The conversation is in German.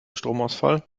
stromausfall